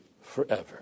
Forever